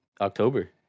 october